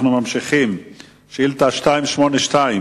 אנחנו ממשיכים לשאילתא מס' 282,